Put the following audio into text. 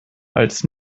als